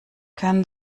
keinen